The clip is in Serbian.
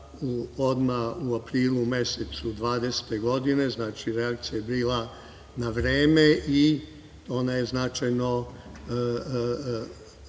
odmah u aprilu mesecu 2020. godine, znači reakcija je bila na vreme i postigla je